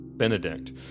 Benedict